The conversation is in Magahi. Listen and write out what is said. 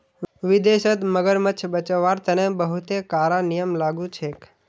विदेशत मगरमच्छ बचव्वार तने बहुते कारा नियम लागू छेक